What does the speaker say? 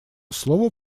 слово